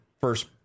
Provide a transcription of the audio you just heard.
first